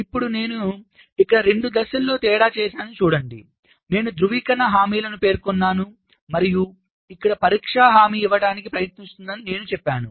ఇప్పుడు నేను ఇక్కడ రెండు దశల్లో తేడా చేశానని చూడండి నేను ధృవీకరణ హామీలను పేర్కొన్నాను మరియు ఇక్కడ పరీక్ష హామీ ఇవ్వడానికి ప్రయత్నిస్తుందని నేను చెప్పాను